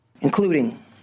Including